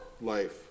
life